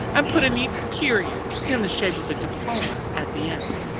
and put a neat period, in the shape of a diploma, at the end.